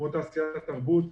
כמו תעשיית התרבות,